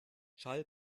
schall